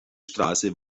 straße